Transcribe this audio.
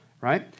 right